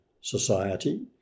society